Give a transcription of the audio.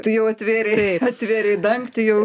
tu jau atvėrėrė atvėrei dangtį jau